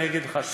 אני אגיד לך.